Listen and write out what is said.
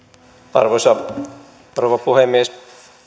arvoisa rouva puhemies